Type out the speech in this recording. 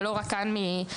ולא רק כאן מרחוק.